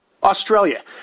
Australia